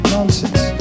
Nonsense